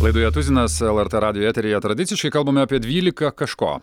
laidoje tuzinas lrt radijo eteryje tradiciškai kalbame apie dvylika kažko